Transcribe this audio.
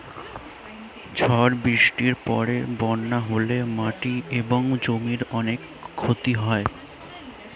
ঝড় বৃষ্টির পরে বন্যা হলে মাটি এবং জমির অনেক ক্ষতি হয়